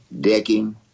Decking